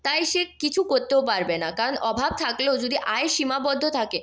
তাই সে কিছু করতেও পারবে না কারণ অভাব থাকলেও যদি আয় সীমাবদ্ধ থাকে